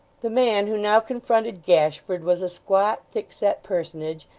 the man who now confronted gashford, was a squat, thickset personage,